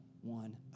one